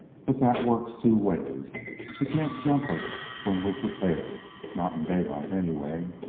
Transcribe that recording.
but that works two ways he can't jump us when we're prepared not in daylight, anyway.